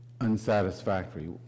unsatisfactory